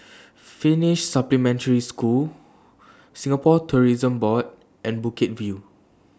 Finnish Supplementary School Singapore Tourism Board and Bukit View